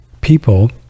people